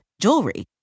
jewelry